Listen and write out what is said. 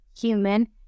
human